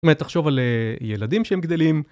באמת תחשוב על ילדים שהם גדלים.